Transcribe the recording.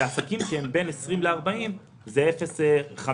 לעסקים שבין 20 ל-40 קילומטר זה 0.5%